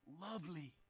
lovely